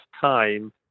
time